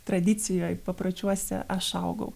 tradicijoj papročiuose aš augau